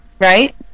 right